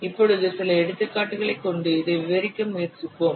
இப்போழுது சில எடுத்துக்காட்டுகளை கொண்டு இதை விவரிக்க முயற்சிப்போம்